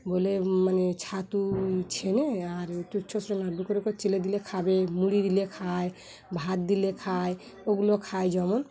বলে মানে ছাতুই ছেনে আরটু ছোট ছোট করে লাড্ডু করে চ ছেনে দিলে খাবে মুড়ি দিলে খায় ভাত দিলে খায় ওগুলো খায় যেমন